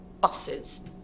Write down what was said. buses